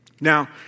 Now